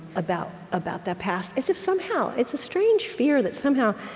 about about the past, as if somehow it's a strange fear that, somehow,